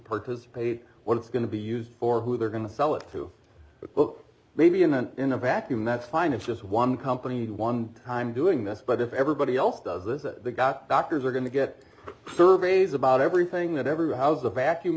participate what it's going to be used for who they're going to sell it to that book maybe in an in a vacuum that's fine it's just one company one time doing this but if everybody else does this it got doctors are going to get surveys about everything that everyone how's the vacuum